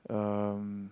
um